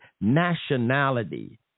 nationality